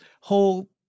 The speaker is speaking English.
whole